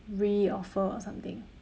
re-offer or something